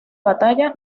batalla